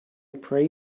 pray